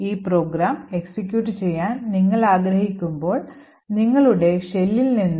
ഈ program execute ചെയ്യാൻ നിങ്ങൾ ആഗ്രഹിക്കുമ്പോൾ നിങ്ങളുടെ ഷെല്ലിൽ നിന്ന്